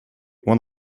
one